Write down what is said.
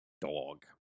dog